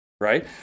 right